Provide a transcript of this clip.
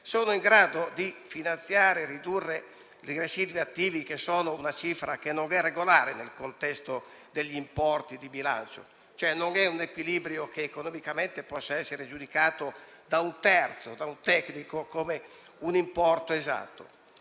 sono in grado di ridurre i residui attivi, che sono una cifra non regolare nel contesto degli importi di bilancio e non è un equilibrio che economicamente possa essere giudicato da un terzo o da un tecnico come un importo esatto.